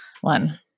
one